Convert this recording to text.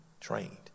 trained